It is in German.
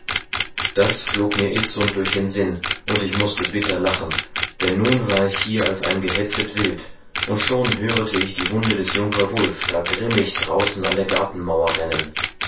das flog mir itzund durch den sinn und ich mußte bitter lachen denn nun war ich hier als ein gehetzet wild und schon hörete ich die hunde des junker wulf gar grimmig draußen an der gartenmauer rennen